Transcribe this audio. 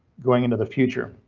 going into the future.